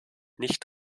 nicht